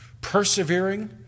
persevering